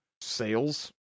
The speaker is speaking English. sales